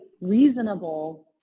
reasonable